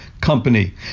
company